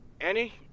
Annie